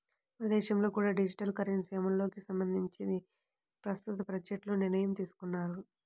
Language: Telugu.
మన దేశంలో కూడా డిజిటల్ కరెన్సీ అమలుకి సంబంధించి ప్రస్తుత బడ్జెట్లో నిర్ణయం తీసుకున్నారు